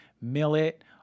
millet